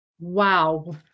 Wow